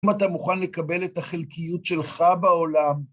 אם אתה מוכן לקבל את החלקיות שלך בעולם,